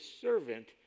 servant